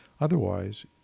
otherwise